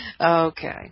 Okay